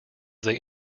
they